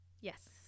Yes